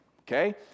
Okay